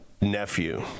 nephew